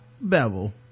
bevel